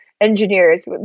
engineers